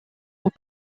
aux